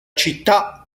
città